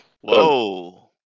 Whoa